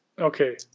okay